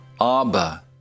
Abba